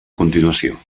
continuació